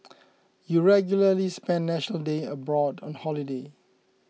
you regularly spend National Day abroad on holiday